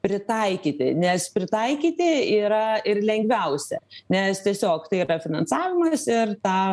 pritaikyti nes pritaikyti yra ir lengviausia nes tiesiog tai yra finansavimas ir tą